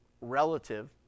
relative